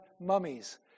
mummies